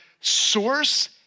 source